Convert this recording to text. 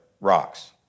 rocks